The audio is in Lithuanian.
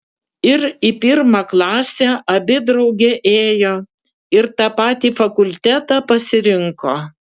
ir į pirmą klasę abi drauge ėjo ir tą patį fakultetą pasirinko